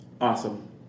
Awesome